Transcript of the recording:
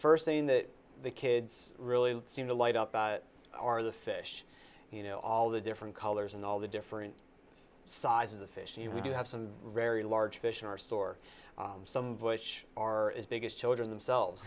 first thing that the kids really seem to light up are the fish you know all the different colors and all the different sizes of fish and we do have some very large fish in our store some bush are his biggest children themselves